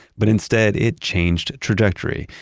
but instead, it changed trajectory,